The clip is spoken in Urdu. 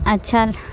اچھا